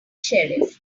sheriff